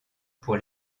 pour